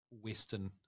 Western